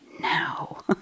now